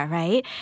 right